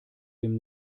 dem